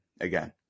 again